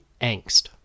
angst